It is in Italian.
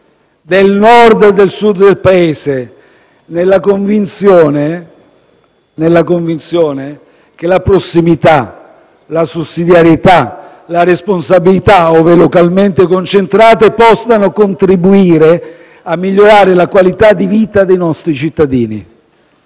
del Nord e del Sud del Paese nella convinzione che la prossimità, la sussidiarietà e la responsabilità, ove localmente concentrate, possano contribuire a migliorare la qualità di vita dei nostri cittadini.